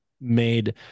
made